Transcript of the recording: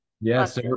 Yes